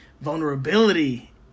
vulnerability